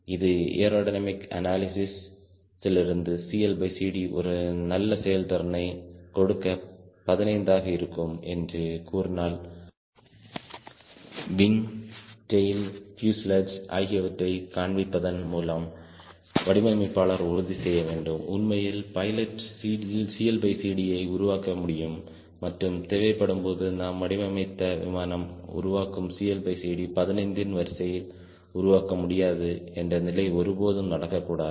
இது aerodynamic analysis இலிருந்து CLCDஒரு நல்ல செயல் திறனை கொடுக்க 15 ஆக இருக்கும் என்று கூறினால் விங் டெயில் பியூசேலாஜ் ஆகியவற்றைக் காண்பிப்பதன் மூலம் வடிவமைப்பாளர் உறுதி செய்ய வேண்டும் உண்மையில் பைலட் CLCDயை உருவாக்க முடியும் மற்றும் தேவைப்படும்போது நாம் வடிவமைத்த விமானம் உருவாக்கும் CLCD15 இன் வரிசை உருவாக்க முடியாது என்ற நிலை ஒருபோதும் நடக்கக்கூடாது